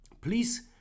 Please